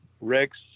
Rex